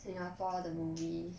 singapore 的 movie